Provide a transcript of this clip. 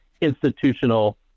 institutional